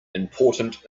important